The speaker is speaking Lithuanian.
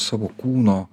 savo kūno